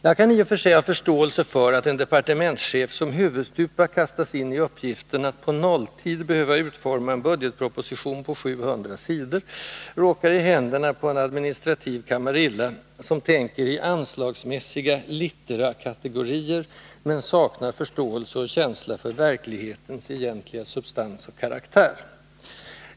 Jag kan i och för sig ha förståelse för att en departementschef, som huvudstupa kastas in i uppgiften att på nolltid behöva utforma en budgetproposition på 700 sidor, råkar i händerna på en administrativ kamarilla, som tänker i anslagsmässiga littera-kategorier men saknar förståelse och känsla för verklighetens egentliga substans och karaktär.